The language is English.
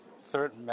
third